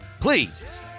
Please